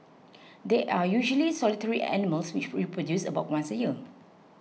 they are usually solitary animals which reproduce about once a year